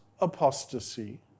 apostasy